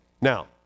now